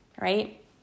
right